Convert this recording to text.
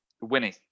Winnie